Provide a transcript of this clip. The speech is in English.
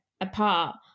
apart